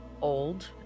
old